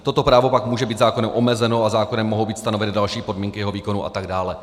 Toto právo pak může být zákonem omezeno a zákonem mohou být stanoveny další podmínky jeho výkonu a tak dále.